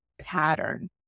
pattern